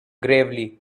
gravely